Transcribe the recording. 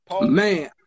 Man